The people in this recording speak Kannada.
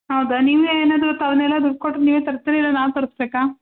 ಹೌದಾ ನೀವೇ ಏನಾದರು ಅವನ್ನೆಲ್ಲ ದುಡ್ಡು ಕೊಟ್ಟು ನೀವೇ ತರ್ತೀರ ಇಲ್ಲ ನಾವು ತರ್ಸ್ಬೇಕಾ